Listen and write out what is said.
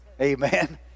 Amen